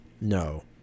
No